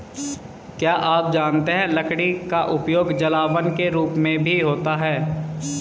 क्या आप जानते है लकड़ी का उपयोग जलावन के रूप में भी होता है?